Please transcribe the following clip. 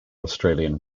australian